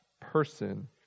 person